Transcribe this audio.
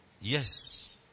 Yes